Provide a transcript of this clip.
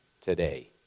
today